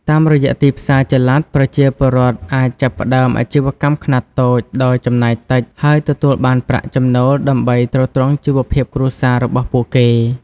តាមរយៈទីផ្សារចល័ត ប្រជាពលរដ្ឋអាចចាប់ផ្តើមអាជីវកម្មខ្នាតតូចដោយចំណាយតិច ហើយទទួលបានប្រាក់ចំណូលដើម្បីទ្រទ្រង់ជីវភាពគ្រួសាររបស់ពួកគេ។